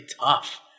tough